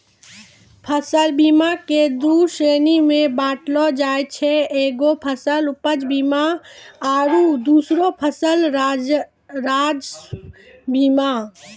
फसल बीमा के दु श्रेणी मे बाँटलो जाय छै एगो फसल उपज बीमा आरु दोसरो फसल राजस्व बीमा